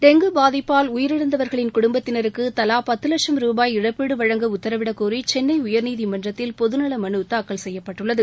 dengue பாதிப்பால் உயிரிழந்தவர்களின் குடும்பத்தினருக்கு தலா பத்து லட்சம் ரூபாய் இழப்பீடு வழங்க உத்தரவிடக்கோரி சென்னை உயர்நீதிமன்றத்தில் பொதுநல மனு தாக்கல் செய்யப்பட்டுள்ளது